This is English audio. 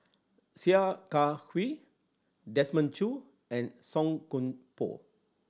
Sia Kah Hui Desmond Choo and Song Koon Poh